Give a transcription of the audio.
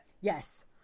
Yes